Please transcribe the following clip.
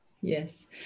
Yes